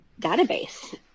database